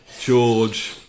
George